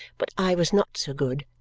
but i was not so good,